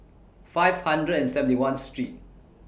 five hundred and seventy one Street